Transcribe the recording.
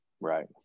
Right